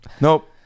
Nope